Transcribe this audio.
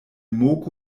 moku